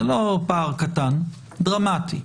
זה לא פער קטן אלא דרמטי.